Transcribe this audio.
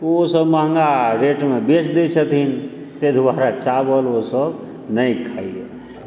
ओहोसभ महगा रेटमे बेच दय छथिन ताहि दुआरे चावल ओसभ नहि खाइए